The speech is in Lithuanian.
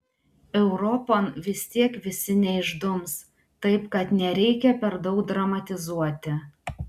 europon vis tiek visi neišdums taip kad nereikia per daug dramatizuoti